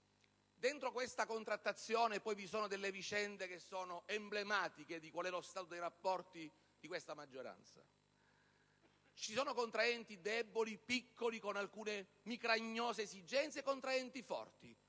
di questa contrattazione, inoltre, sono contenute vicende emblematiche dello stato dei rapporti di questa maggioranza. Ci sono contraenti deboli, piccoli, con alcune micragnose esigenze, e contraenti forti,